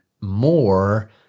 more